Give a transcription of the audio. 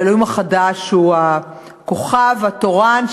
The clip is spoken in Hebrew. כשהאלוהים החדש הוא הכוכב התורן,